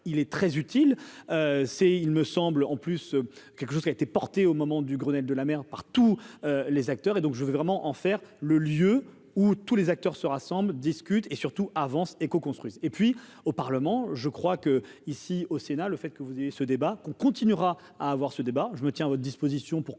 il est très utile, c'est, il me semble en plus quelque chose qui a été porté au moment du Grenelle de la mer par tous les acteurs, et donc je veux vraiment en faire le lieu où tous les acteurs se rassemblent discute et surtout avance et co-construite et puis au Parlement, je crois que, ici, au Sénat, le fait que vous avez ce débat qu'on continuera à avoir ce débat, je me tiens à votre disposition pour continuer